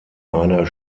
einer